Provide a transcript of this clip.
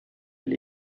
elle